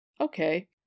Okay